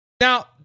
Now